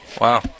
wow